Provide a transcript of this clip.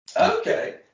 Okay